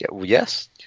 Yes